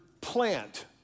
plant